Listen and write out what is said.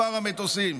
מספר המטוסים,